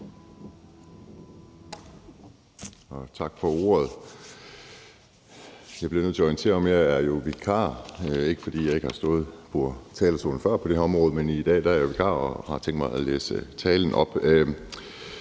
Tak for ordet. Jeg bliver nødt til at orientere om, at jeg er vikar. Det er ikke, fordi jeg ikke har stået på talerstolen før på det her område, men i dag er jeg vikar og har tænkt mig at læse talen op.